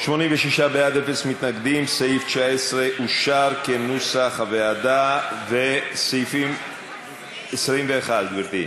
סעיף 20, כהצעת הוועדה, נתקבל.